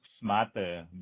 smarter